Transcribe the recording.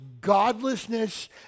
godlessness